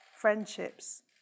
friendships